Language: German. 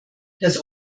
das